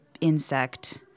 insect